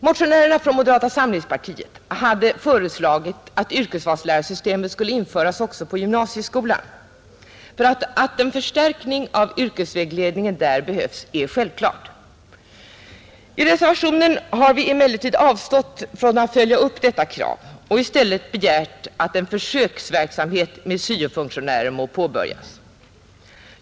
Motionärerna från moderata samlingspartiet hade föreslagit att yrkesvalslärarsystemet skulle införas också på gymnasieskolan, ty att en förstärkning av yrkesvägledningen där behövs är självklar, I reservationen har vi emellertid avstått från att följa upp detta krav och i stället begärt att en försöksverksamhet med syo-funktionärer skall påbörjas.